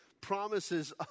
Promises